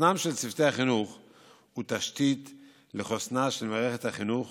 חוסנם של צוותי החינוך הוא תשתית לחוסנה של מערכת החינוך